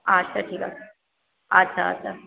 আচ্ছা ঠিক আছে আচ্ছা আচ্ছা